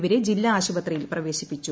ഇവരെ ജില്ലാ ആശുപത്രിയിൽ പ്രവേശിപ്പിച്ചു